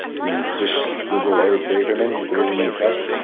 you just google eric braverman and braverman test.